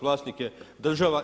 Vlasnik je država.